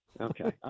Okay